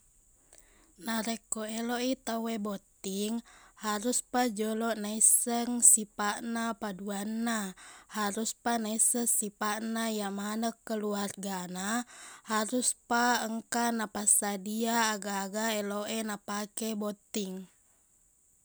Narekko eloq i tauwe botting haruspa joloq naisseng sipaqna paduanna haruspa naisseng spiaqna iye maneng keluargana haruspa engka napassadia aga-aga eloq e napake botting